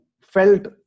felt